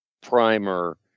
primer